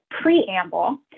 preamble